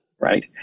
right